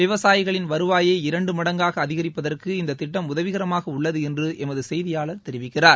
விவசாயிகளின் வருவாயை இரண்டு மடங்காக அதிகிப்பதற்கு இந்த திட்டம் உதவிகரமாக உள்ளது என்று எமது செய்தியாளர் தெரிவிக்கிறார்